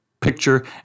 Picture